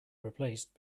replaced